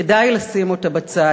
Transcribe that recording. כדאי לשים אותה בצד.